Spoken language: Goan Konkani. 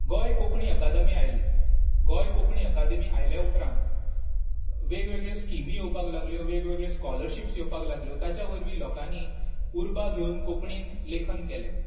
गोंय कोंकणी अकादेमी आयली गोंय कोंकणी अकादेमी आयले उपरांत वेगवेगळ्यो स्किमी येवपाक लागल्यो वेगवेगळ्यो स्काॅलरशीपस येवपाक लागल्यो ताचे वरवी लोकांनी उर्बा घेवन कोंकणींत लेखन केलें